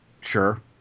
sure